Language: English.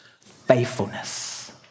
faithfulness